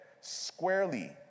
squarely